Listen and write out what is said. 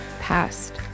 past